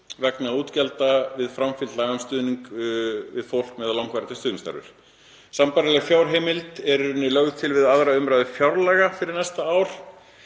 vegna útgjalda við framfylgd laga um stuðning við fólk með langvarandi stuðningsþarfir. Sambærileg fjárheimild er lögð til við 2. umr. fjárlaga fyrir næsta ár